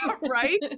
right